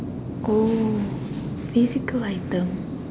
oh physical item